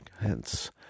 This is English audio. hence